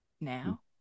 now